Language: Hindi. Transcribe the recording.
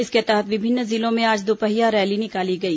इसके तहत विभिन्न जिलों में आज दोपहिया रैली निकाली गई